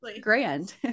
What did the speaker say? grand